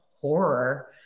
horror